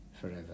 forever